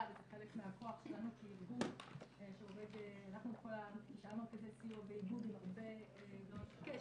וזה חלק מהכוח שלנו כארגון שעובד --- מרכזי סיוע באיגוד עם הרבה קשר